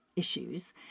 Issues